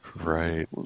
Right